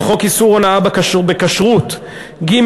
חוק איסור הונאה בכשרות, התשמ"ג 1983, ג.